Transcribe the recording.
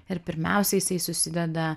ir pirmiausia jisai susideda